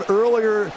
earlier